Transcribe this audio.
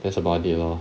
that's about it lor